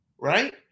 right